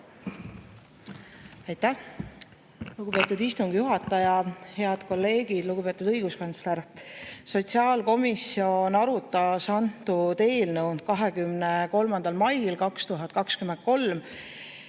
Aitäh, lugupeetud istungi juhataja! Head kolleegid! Lugupeetud õiguskantsler! Sotsiaalkomisjon arutas seda eelnõu 23. mail 2023.